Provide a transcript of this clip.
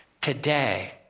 today